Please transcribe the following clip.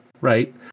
right